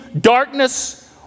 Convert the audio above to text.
darkness